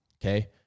okay